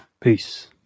Peace